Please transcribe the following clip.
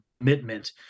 commitment